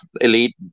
elite